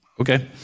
okay